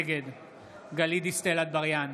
נגד גלית דיסטל אטבריאן,